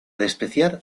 despreciar